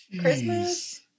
Christmas